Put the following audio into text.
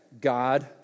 God